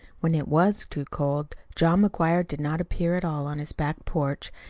when it was too cold, john mcguire did not appear at all on his back porch,